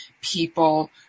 people